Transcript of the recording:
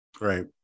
Right